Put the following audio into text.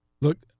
look